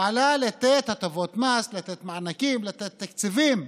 פעלה לתת הטבות מס, לתת מענקים, לתת תקציבים,